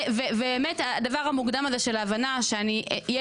ובאמת הדבר המוקדם הזה של הבנה שאני אהיה